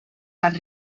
van